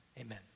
Amen